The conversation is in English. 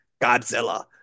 godzilla